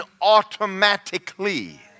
automatically